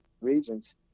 regions